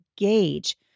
engage